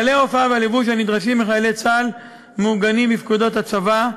כללי ההופעה והלבוש הנדרשים מחיילי צה"ל מעוגנים בפקודות הצבא.